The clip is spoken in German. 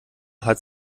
hat